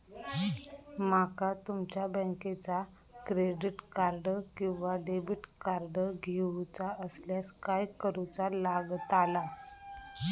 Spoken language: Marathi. माका तुमच्या बँकेचा क्रेडिट कार्ड किंवा डेबिट कार्ड घेऊचा असल्यास काय करूचा लागताला?